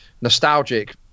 nostalgic